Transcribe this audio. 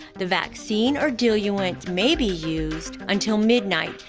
the vaccine or diluent may be used until midnight,